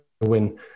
win